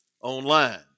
online